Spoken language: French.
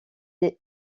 des